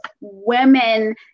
women